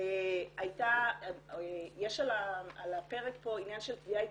יש פה על הפרק עניין של תביעה ייצוגית.